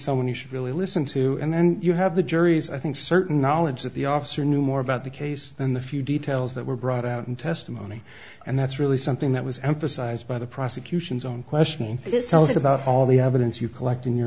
someone you should really listen to and you have the jury's i think certain knowledge that the officer knew more about the case than the few details that were brought out in testimony and that's really something that was emphasized by the prosecution's own questioning this else about all the evidence you collect in your